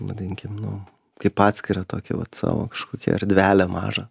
vadinkim nu kaip atskirą tokį vat savo kažkokią erdvelę mažą